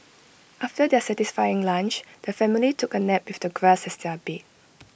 after their satisfying lunch the family took A nap with the grass as their bed